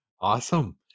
awesome